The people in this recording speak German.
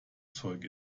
zeug